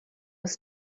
was